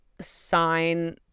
sign